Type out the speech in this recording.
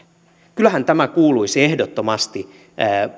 kyllähän tämä tehtävä kuuluisi ehdottomasti